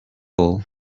all